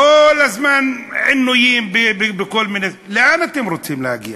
כל הזמן עינויים, בכל מיני, לאן אתם רוצים להגיע?